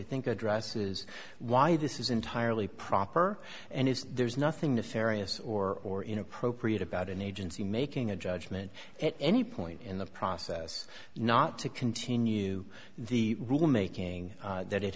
think addresses why this is entirely proper and it's there's nothing nefarious or or inappropriate about an agency making a judgment at any point in the process not to continue the rule making that it